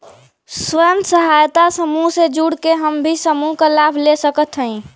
स्वयं सहायता समूह से जुड़ के हम भी समूह क लाभ ले सकत हई?